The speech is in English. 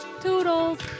toodles